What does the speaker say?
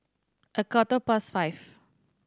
a quarter past five